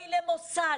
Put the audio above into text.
אוי למוסד